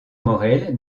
maurel